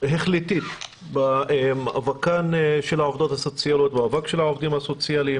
החלטתית במאבקן של העובדים והעובדות הסוציאליות.